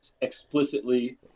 explicitly